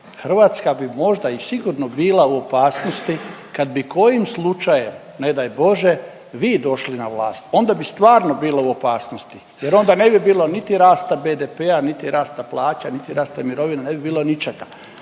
Hrvatska bi možda i sigurno bila u opasnosti kad bi kojim slučajem ne daj Bože vi došli na vlast. Onda bi stvarno bila u opasnosti jer onda ne bi bilo niti rasta BDP-a, niti rasta plaća, niti rasta mirovina, ne bi bilo ničega.